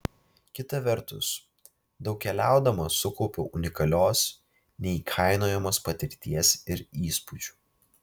kita vertus daug keliaudama sukaupiau unikalios neįkainojamos patirties ir įspūdžių